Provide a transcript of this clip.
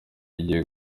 igiye